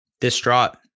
distraught